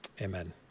Amen